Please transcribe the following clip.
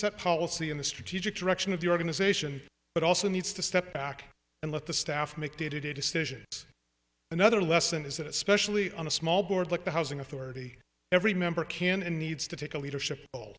set policy in the strategic direction of the organization but also needs to step back and let the staff make day to day decisions another lesson is that especially on a small board like the housing authority every member can and needs to take a leadership